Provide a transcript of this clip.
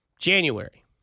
January